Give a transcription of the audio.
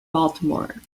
baltimore